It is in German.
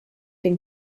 den